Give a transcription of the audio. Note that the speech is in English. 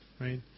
right